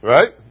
Right